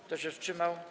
Kto się wstrzymał?